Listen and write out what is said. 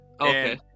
Okay